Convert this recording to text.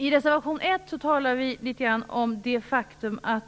I reservation 1 talar vi litet grand om det faktum att